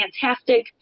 fantastic